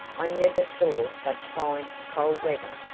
i never saw such fine, cold weather,